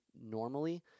normally